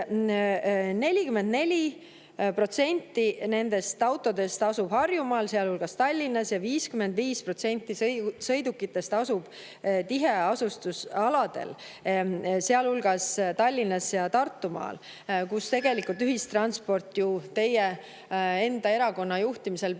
44% nendest autodest asub Harjumaal, sealhulgas Tallinnas, ja 55% sõidukitest asub tiheasustusaladel, sealhulgas Tallinnas ja Tartumaal, kus tegelikult peaks ühistransport ju olema teie enda erakonna juhtimisel